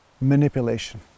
manipulation